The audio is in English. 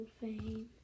fame